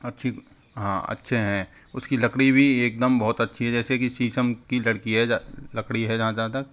अच्छी हाँ अच्छे हैं उसकी लकड़ी भी एकदम बहुत अच्छी है जैसे कि शीशम की लड़की है लकड़ी है जहाँ जहाँ तक